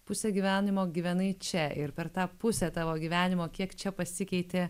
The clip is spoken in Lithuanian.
pusę gyvenimo gyvenai čia ir per tą pusę tavo gyvenimo kiek čia pasikeitė